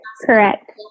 correct